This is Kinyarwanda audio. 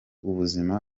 ubuzima